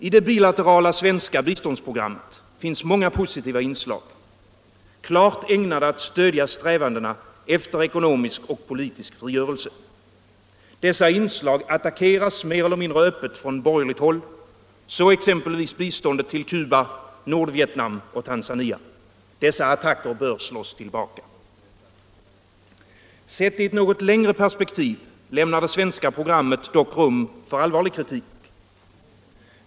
I det bilaterala svenska biståndsprogrammet finns många positiva inslag, klart ägnade att stödja strävandena efter ekonomisk och politisk frigörelse. Dessa inslag attackeras mer eller mindre öppet från borgerligt håll — så exempelvis biståndet till Cuba, Nordvietnam och Tanzania. Dessa attacker bör slås tillbaka. Sett i ett något längre perspektiv lämnar det svenska programmet dock rum för allvarlig kritik.